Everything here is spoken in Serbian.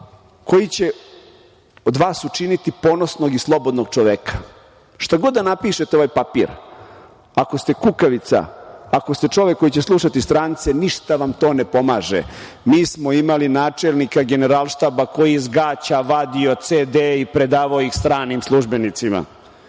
koji će od vas učiniti ponosnog i slobodnog čoveka. Šta god da napišete ovo je papir. Ako ste kukavica, ako ste čovek koji će slušati strance ništa vam to ne pomaže. Mi smo imali načelnika Generalštaba koji je iz gaća vadio cd-e i predavao ih stranih službenicima.